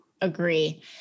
agree